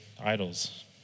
idols